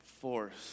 force